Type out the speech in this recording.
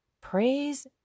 Praise